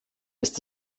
ist